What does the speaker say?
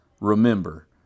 remember